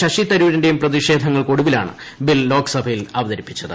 ശശിതരൂരിന്റെയും പ്രതിഷ്ട്ട്ടൾക്കൊടുവിലാണ് ബിൽ ലോക്സഭയിൽ അവതരിപ്പിച്ചത്